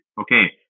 Okay